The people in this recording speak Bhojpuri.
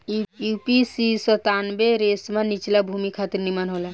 यू.पी.सी सत्तानबे रेशमा निचला भूमि खातिर निमन होला